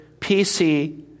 PC